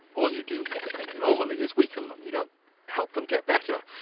all you do normally is weaken them, you don't help them get better.